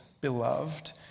beloved